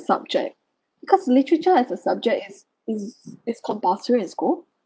subject because literature as a subject has is is compulsory in school